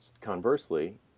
conversely